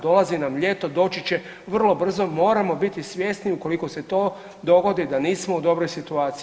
Dolazi nam ljeto, doći će vrlo brzo, moramo biti svjesni ukoliko se to dogodi, da nismo u dobroj situaciji.